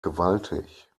gewaltig